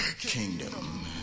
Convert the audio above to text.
Kingdom